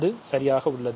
அது சரியாக உள்ளது